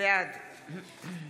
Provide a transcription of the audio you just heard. בעד